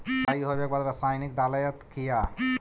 सीचाई हो बे के बाद रसायनिक डालयत किया?